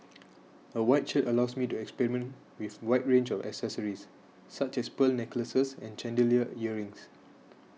a white shirt allows me to experiment with wide range of accessories such as pearl necklaces and chandelier earrings